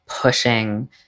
pushing